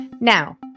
Now